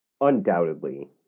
Undoubtedly